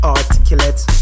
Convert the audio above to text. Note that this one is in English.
Articulate